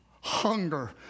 hunger